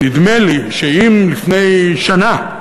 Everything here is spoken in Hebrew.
נדמה לי שאם לפני שנה,